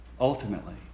Ultimately